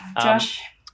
Josh